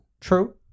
True